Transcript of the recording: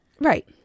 Right